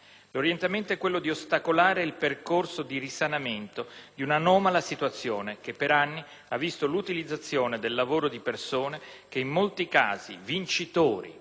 L'orientamento è quello di ostacolare il percorso di risanamento di un'anomala situazione che per anni ha visto l'utilizzazione del lavoro di persone che, in molti casi vincitori